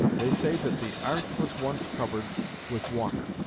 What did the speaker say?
they say that the arth was once covered with water,